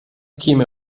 käme